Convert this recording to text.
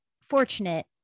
fortunate